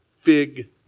fig